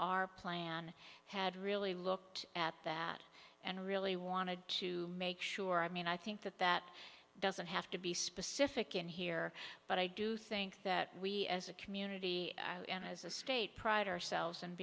our plan had really looked at that and really wanted to make sure i mean i think that that doesn't have to be specific in here but i do think that we as a community and as a state pride ourselves